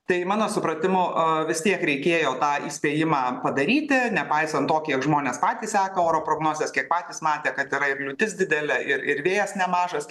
tai mano supratimu a vis tiek reikėjo tą įspėjimą padaryti nepaisant to kiek žmonės patys seka oro prognozes kiek patys matė kad yra ir liūtis didelė ir ir ir vėjas nemažas